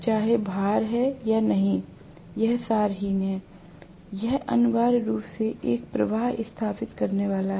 चाहे भार है या नहीं वह सारहीन है यह अनिवार्य रूप से एक प्रवाह स्थापित करने वाला है